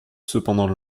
cependant